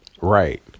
right